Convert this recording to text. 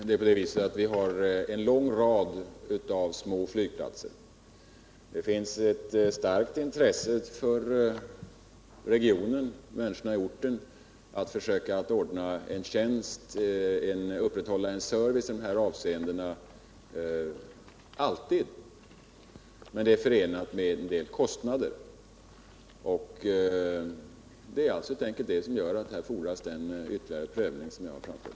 Herr talman! Vi har en lång rad små flygplatser. Det finns hos människorna på orten och inom regionen ett starkt intresse av att försöka ordna en tjänst, så att man alltid kan upprätthålla denna service. Men det är förenat med en del kostnader, vilket gör att en ytterligare prövning fordras.